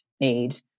need